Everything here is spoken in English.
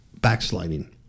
backsliding